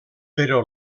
però